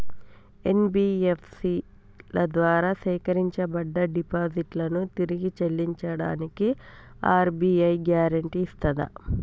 NBFC ల ద్వారా సేకరించబడ్డ డిపాజిట్లను తిరిగి చెల్లించడానికి ఆర్.బి.ఐ గ్యారెంటీ ఇస్తదా?